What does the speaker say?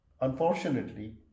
unfortunately